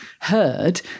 heard